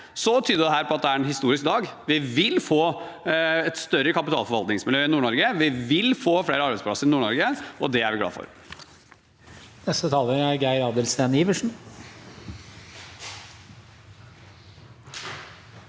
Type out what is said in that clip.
tyder det på at dette er en historisk dag. Vi vil få et større kapitalforvaltningsmiljø i Nord-Norge, vi vil få flere arbeidsplasser i Nord-Norge, og det er vi glade for.